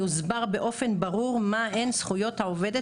יוסבר באופן ברור מהן זכויות העובדת